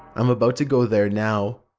i'm about to go there now.